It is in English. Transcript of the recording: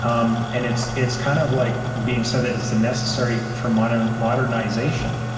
um and it's it's kind of like being said that it's necessary for but and modernization,